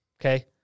Okay